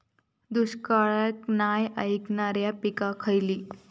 दुष्काळाक नाय ऐकणार्यो पीका खयली?